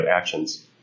actions